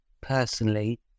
personally